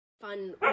Fun